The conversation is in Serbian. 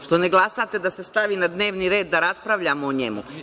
Što ne glasate da se stavi na dnevni red da raspravljamo o njemu?